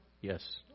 Yes